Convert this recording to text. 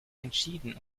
entschieden